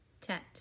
Tet